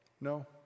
No